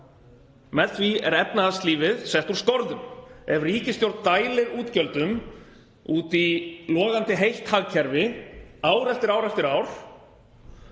Með því er efnahagslífið sett úr skorðum. Ef ríkisstjórn dælir útgjöldum út í logandi heitt hagkerfi ár eftir ár án